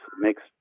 makes